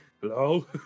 Hello